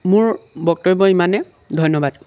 মোৰ বক্তব্য ইমানেই ধন্যবাদ